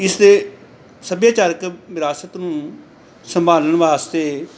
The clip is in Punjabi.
ਇਸ ਦੇ ਸੱਭਿਆਚਾਰਕ ਵਿਰਾਸਤ ਨੂੰ ਸੰਭਾਲਣ ਵਾਸਤੇ